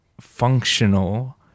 functional